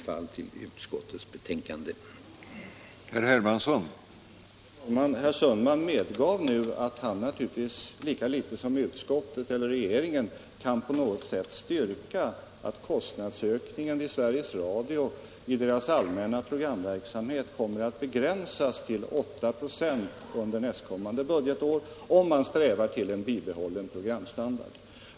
Herr talman! Herr Sundman medger nu att han naturligtvis lika litet som utskottet eller regeringen på något sätt kan styrka att kostnadsökningen för Sveriges Radios allmänna programverksamhet kommer att begränsas till 8 96 under nästkommande budgetår, om man strävar till en bibehållen programstandard.